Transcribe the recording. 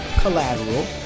collateral